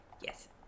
Yes